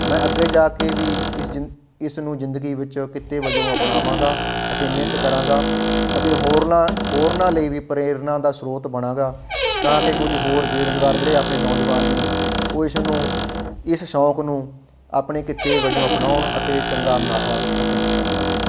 ਮੈਂ ਅੱਗੇ ਜਾ ਕੇ ਵੀ ਇਸ ਜਿੰਦ ਇਸਨੂੰ ਜ਼ਿੰਦਗੀ ਵਿੱਚ ਕਿੱਤੇ ਵਜੋਂ ਅਪਣਾਵਾਂਗਾ ਅਤੇ ਮਿਹਨਤ ਕਰਾਂਗਾ ਅਤੇ ਹੋਰਨਾਂ ਹੋਰਨਾਂ ਲਈ ਵੀ ਪ੍ਰੇਰਨਾ ਦਾ ਸਰੋਤ ਬਣਾਂਗਾ ਤਾਂ ਕਿ ਕੁਝ ਹੋਰ ਬੇਰੁਜ਼ਗਾਰ ਜਿਹੜੇ ਆਪਣੇ ਨੌਜਵਾਨ ਨੇ ਉਹ ਇਸ ਨੂੰ ਇਸ ਸ਼ੌਕ ਨੂੰ ਆਪਣੇ ਕਿੱਤੇ ਵਜੋਂ ਅਪਣਾਉਣ ਅਤੇ ਚੰਗਾ ਮੁਨਾਫ਼ਾ ਖੱਟਣ ਧੰਨਵਾਦ